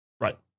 Right